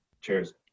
cheers